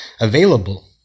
available